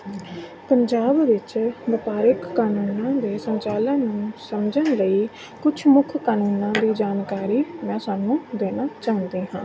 ਪੰਜਾਬ ਵਿੱਚ ਵਪਾਰਕ ਕਾਨੂੰਨਾਂ ਦੇ ਸੰਚਾਲਨ ਨੂੰ ਸਮਝਣ ਲਈ ਕੁਛ ਮੁੱਖ ਕਾਨੂੰਨਾਂ ਦੀ ਜਾਣਕਾਰੀ ਮੈਂ ਸਭ ਨੂੰ ਦੇਣਾ ਚਾਹੁੰਦੀ ਹਾਂ